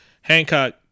Hancock